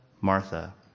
Martha